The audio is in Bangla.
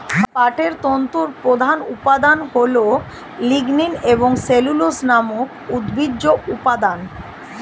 পাটের তন্তুর প্রধান উপাদান হল লিগনিন এবং সেলুলোজ নামক উদ্ভিজ্জ উপাদান